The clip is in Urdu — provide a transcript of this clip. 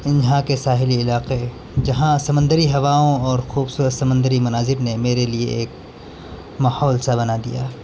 یہاں کے ساحلی علاقے جہاں سمندری ہواؤں اور خوبصورت سمندری مناظر نے میرے لیے ایک ماحول سا بنا دیا